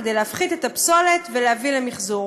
כדי להפחית את הפסולת ולהביא למחזור.